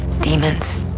demons